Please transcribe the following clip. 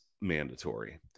mandatory